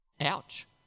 Ouch